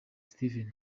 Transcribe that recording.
steven